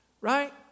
Right